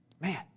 Man